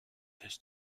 this